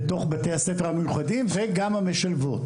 בבתי הספר המיוחדים וגם המשלבות.